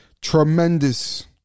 Tremendous